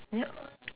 n~